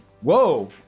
Whoa